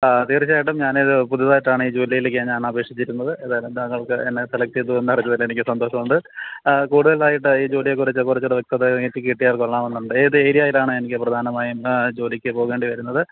ആ തീർച്ചയായിട്ടും ഞാൻ ഇത് പുതുതായിട്ടാണീ ജോലീലേക്ക് ഞാനന്ന് അപേക്ഷിച്ചിരുന്നത് ഏതായാലും താങ്കൾക്ക് എന്നെ സെലെക്ററ് ചെയ്തു എന്ന് അറിഞ്ഞതിൽ എനിക്ക് സന്തോഷമുണ്ട് കൂടുതലായിട്ട് ഈ ജോലിയെ കുറിച്ച് കുറച്ചൂടെ വ്യക്തത എനിക്ക് കിട്ടിയാൽ കൊള്ളാമെന്നുണ്ട് ഏത് ഏരിയായിലാണ് എനിക്ക് പ്രധാനമായും ജോലിക്ക് പോകേണ്ടി വരുന്നത്